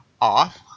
off